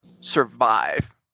survive